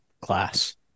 class